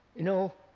you know,